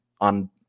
on